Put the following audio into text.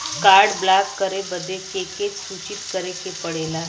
Card block करे बदी के के सूचित करें के पड़ेला?